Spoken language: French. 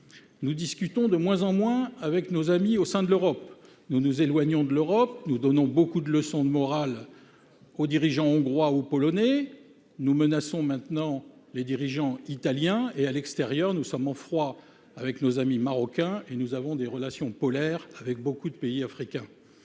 Nous discutons de moins en moins avec nos amis au sein de l'Europe : nous nous éloignons de l'Europe, nous donnons beaucoup de leçons de morale aux dirigeants hongrois ou polonais, nous menaçons maintenant les dirigeants italiens. À l'extérieur, nous sommes en froid avec nos amis marocains et nous avons des relations polaires avec beaucoup de pays africains.